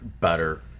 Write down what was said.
better